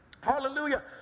hallelujah